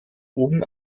oben